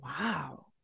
Wow